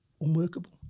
unworkable